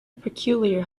peculiar